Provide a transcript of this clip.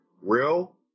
real